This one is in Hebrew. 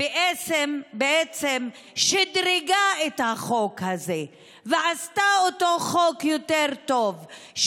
בעצם שדרגה את החוק הזה ועשתה אותו חוק יותר טוב,